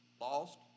lost